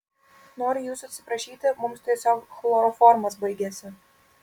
noriu jūsų atsiprašyti mums tiesiog chloroformas baigėsi